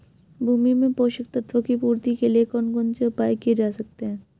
भूमि में पोषक तत्वों की पूर्ति के लिए कौन कौन से उपाय किए जा सकते हैं?